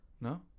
No